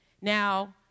Now